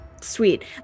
sweet